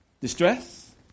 distress